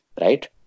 right